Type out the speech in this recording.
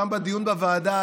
גם בדיון בוועדה,